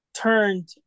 turned